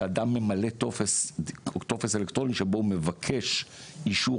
שאדם ממלא טופס אלקטרוני שבוא הוא מבקש אישור